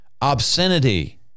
Obscenity